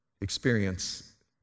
experience